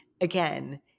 again